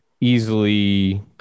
easily